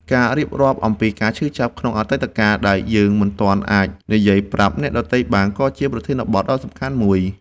ការរៀបរាប់អំពីការឈឺចាប់ក្នុងអតីតកាល ដែលយើងមិនទាន់អាចនិយាយប្រាប់អ្នកដទៃបាន ក៏ជាប្រធានបទដ៏សំខាន់មួយ។